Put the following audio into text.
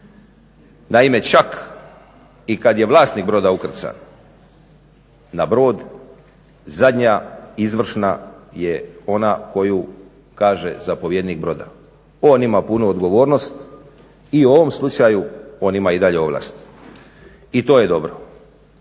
Naime, čak i kad je vlasnik broda ukrcan na brod zadnja izvršna je ona koju kaže zapovjednik broda. On ima punu odgovornost i u ovom slučaju on ima i dalje ovlasti i to je dobro.